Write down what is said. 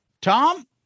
Tom